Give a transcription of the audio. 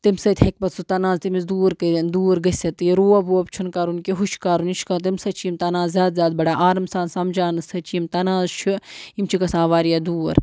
تمہِ سۭتۍ ہیٚکہِ پَتہٕ سُہ تناز تٔمِس دوٗر کٔرِتھ دوٗر گٔژھِتھ یہِ روب ووب چھُنہٕ کَرُن کینٛہہ ہُہ چھُ کَرُن یہِ چھُ کَرُن تمہِ سۭتۍ چھِ یِم تَناز زیادٕ زیادٕ بَڑٕ آرام سان سَمجاونہٕ سۭتۍ چھِ یِم تَناز چھِ یِم چھِ گژھان واریاہ دوٗر